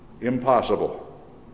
impossible